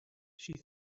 she